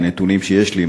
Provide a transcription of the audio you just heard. לפי הנתונים שיש לי,